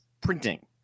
printing